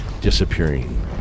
disappearing